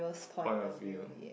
point of view